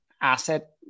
asset